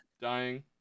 dying